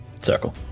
Circle